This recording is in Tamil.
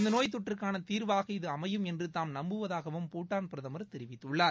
இந்த நோய் தொற்றுக்கான தீர்வாக இது அமையும் என்று தாம் நம்புவதாகவும் பூட்டான் பிரதமர் தெரிவித்துள்ளார்